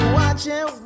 watching